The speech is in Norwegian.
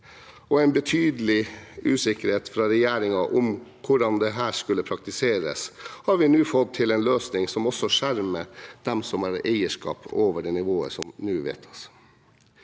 en betydelig usikkerhet fra regjeringen om hvordan dette skal praktiseres, har vi nå fått til en løsning som også skjermer dem som har eierskap over det nivået som nå vedtas.